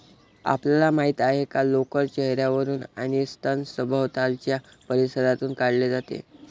आपल्याला माहित आहे का लोकर चेहर्यावरून आणि स्तन सभोवतालच्या परिसरातून काढले जाते